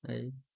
I